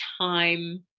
time